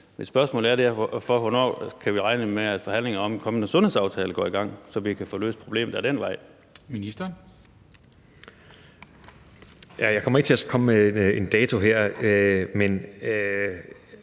Hvornår kan vi regne med, at forhandlingerne om en kommende sundhedsaftale går i gang, så vi kan få løst problemet ad den vej?